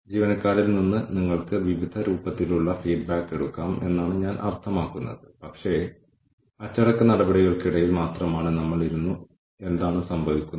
അല്ലെങ്കിൽ നമ്മൾക്ക് അവരുമായി ബന്ധപ്പെടാൻ കഴിയുന്നില്ലെങ്കിൽ ആരാണ് ഉത്തരവാദികളെന്നും ഇത് എങ്ങനെ പരിഹരിക്കാമെന്നും കണ്ടെത്താൻ അവർ അവരുടെ വഴിക്ക് പോകുന്നു ന്യായമായ സമയത്തിനുള്ളിൽ അവർ ഞങ്ങളെ തിരികെ വിളിക്കുന്നു